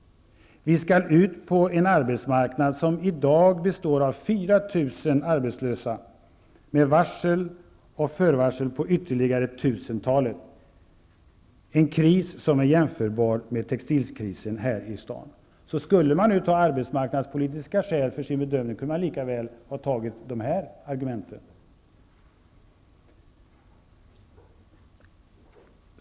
Vi skall ut på en arbetsmarknad som i dag består av 4 000 arbetslösa, med varsel och förvarsel på ytterligare tusentalet -- en kris som är jämförbar med textilkrisen här i stan. -- Skulle man nu ha arbetsmarknadspolitiska skäl för sin bedömning kunde man lika väl ha tagit de här argumenten.